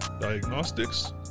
diagnostics